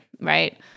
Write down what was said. right